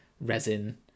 resin